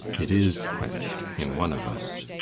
it is quenched in one of us.